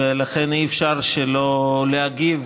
ולכן אי-אפשר שלא להגיב